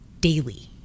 daily